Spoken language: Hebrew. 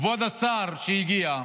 כבוד השר שהגיע,